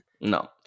no